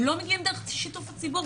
הם לא מגיעים דרך שיתוף הציבור,